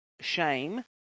shame